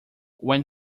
when